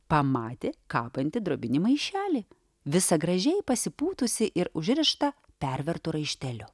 pamatė kabantį drobinį maišelį visą gražiai pasipūtusį ir užrištą pervertu raišteliu